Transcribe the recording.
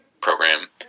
program